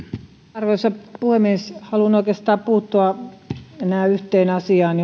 arvoisa puhemies haluan oikeastaan puuttua enää yhteen asiaan